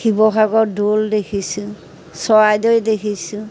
শিৱসাগৰ দৌল দেখিছোঁ চৰাইদেউ দেখিছোঁ